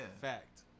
fact